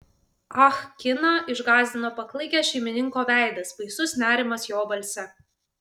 ah kiną išgąsdino paklaikęs šeimininko veidas baisus nerimas jo balse